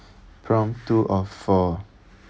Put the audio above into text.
prompt two of four